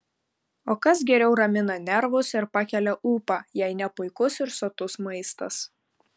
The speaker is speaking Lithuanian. o kas geriau ramina nervus ir pakelia ūpą jei ne puikus ir sotus maistas